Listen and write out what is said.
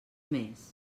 més